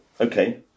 Okay